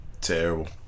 Terrible